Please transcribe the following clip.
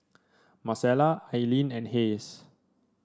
Marcela Aileen and Hays